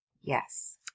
Yes